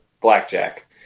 blackjack